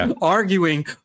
arguing